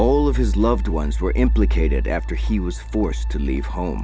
all of his loved ones were implicated after he was forced to leave home